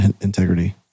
integrity